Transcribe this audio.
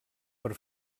per